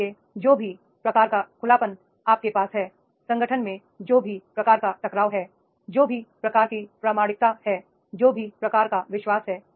इसलिए जो भी प्रकार का खुलापन आपके पास है संगठन में जो भी प्रकार का टकराव है जो भी प्रकार की प्रामाणिकता है जो भी प्रकार का विश्वास है